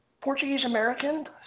Portuguese-American